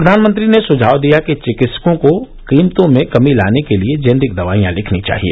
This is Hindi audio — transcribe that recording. प्रधानमंत्री ने सुझाव दिया कि विकित्सकों को कीमतों में कमी लाने के लिए जेनरिक दवाइयां लिखनी चाहिए